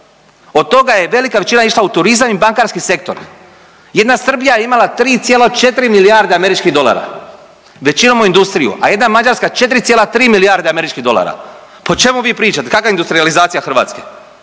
Od toga je velika većina išla u turizam i bankarski sektor. Jedna Srbija je imala 3,4 milijarde američkih dolara. Većinom u industriju, a jedna Mađarska 4,3 milijarde američkih dolara. Pa o čemu vi pričate, kakva industrijalizacija Hrvatske?